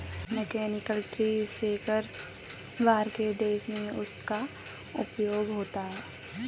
mechanical tree shaker बाहर के देशों में उसका उपयोग होता है